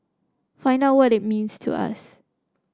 find out what it means to us